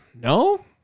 No